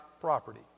property